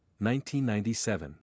1997